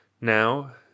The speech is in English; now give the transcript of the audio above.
Now